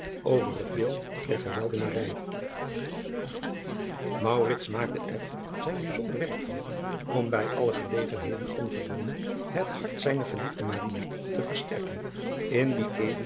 over het beeld der geweldenarij maakte er zijn bijzonder werk van om bij alle gelegenheden ongedwongen het hart zijner geliefde te versterken in die